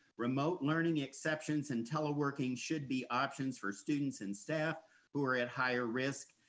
remote learning exceptions and teleworking should be options for students and staff who are at higher risk,